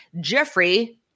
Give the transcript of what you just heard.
Jeffrey